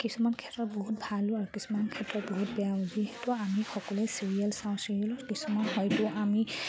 কিছুমান ক্ষেত্ৰত বহুত ভালোঁ আৰু কিছুমান ক্ষেত্ৰত বহুত বেয়াও যিহেতু আমি সকলোৱে চিৰিয়েল চাওঁ চিৰিয়েলৰ কিছুমান হয়তো আমি